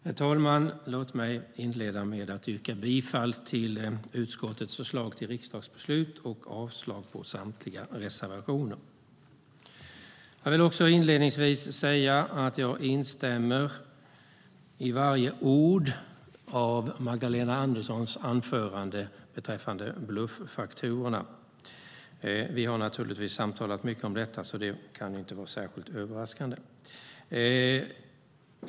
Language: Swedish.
Herr talman! Låt mig inleda med att yrka bifall till utskottets förslag till riksdagsbeslut och avslag på samtliga reservationer. Jag vill inledningsvis också säga att jag instämmer i varje ord av Magdalena Anderssons anförande beträffande bluffakturorna. Vi har naturligtvis samtalat mycket om detta, så det kan inte vara särskilt överraskande.